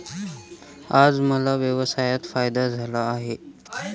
आज मला व्यवसायात फायदा झाला आहे